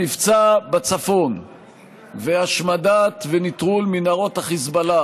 המבצע בצפון וההשמדה והנטרול של מנהרות החיזבאללה